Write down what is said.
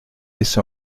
laissé